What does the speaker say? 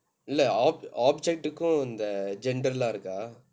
இல்லை:illai ob~ object க்கும் இந்த:kkum intha gender எல்லாம் இருக்கா:ellaam irukkaa